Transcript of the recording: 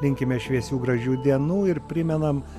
linkime šviesių gražių dienų ir primenam